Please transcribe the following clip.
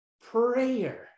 prayer